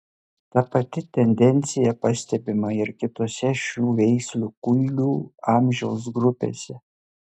ta pati tendencija pastebima ir kitose šių veislių kuilių amžiaus grupėse